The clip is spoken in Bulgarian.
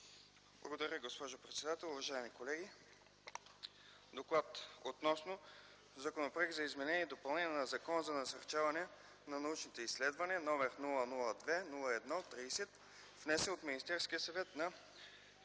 Благодаря, госпожо председател. Уважаеми колеги, „ДОКЛАД относно Законопроект за изменение и допълнение на Закона за насърчаване на научните изследвания, № 002-01-30, внесен от Министерския съвет на